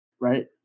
right